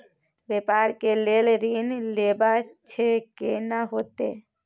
व्यापार के लेल ऋण लेबा छै केना होतै?